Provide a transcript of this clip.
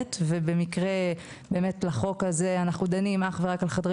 המערכת ובמקרה לחוק הזה אנחנו דנים אך ורק על חדרי